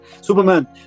superman